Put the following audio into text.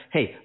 Hey